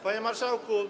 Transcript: Panie Marszałku!